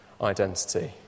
identity